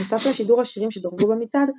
נוסף לשידור השירים שדורגו במצעד,